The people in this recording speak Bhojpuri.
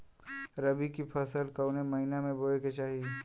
रबी की फसल कौने महिना में बोवे के चाही?